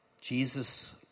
Jesus